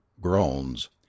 groans